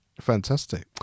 Fantastic